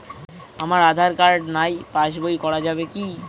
আমার আঁধার কার্ড নাই পাস বই করা যাবে কি?